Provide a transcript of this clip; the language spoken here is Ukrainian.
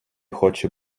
хоче